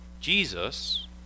Jesus